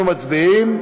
אנחנו מצביעים.